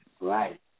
Right